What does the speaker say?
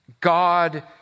God